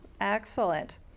Excellent